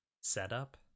setup